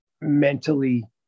mentally